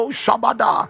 shabada